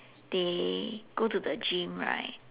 they go to the gym right